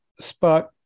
spot